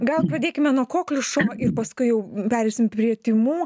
gal pradėkime nuo kokliušo ir paskui jau pereisim prie tymų